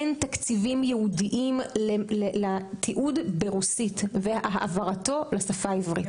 אין תקציבים ייעודיים לתיעוד ברוסית והעברתו לשפה העברית.